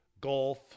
golf